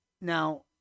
Now